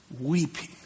weeping